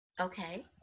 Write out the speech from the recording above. Okay